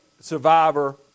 survivor